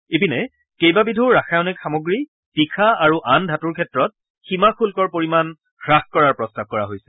ইপিনে কেইবাবিধো ৰাসায়নিক সামগ্ৰী তীখা আৰু আন ধাতুৰ ক্ষেত্ৰত সীমা শুল্কৰ পৰিমাণ হ্ৰাস কৰাৰ প্ৰস্তাৱ কৰা হৈছে